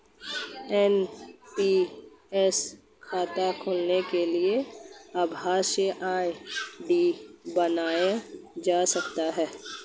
NPS खाता खोलने के लिए आभासी आई.डी बनाई जा सकती है